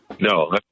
No